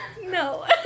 No